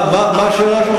מה השאלה שלך?